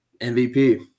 MVP